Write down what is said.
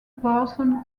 person